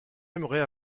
aimerait